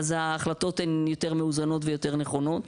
ההחלטות יותר מאוזנות ויותר נכונות.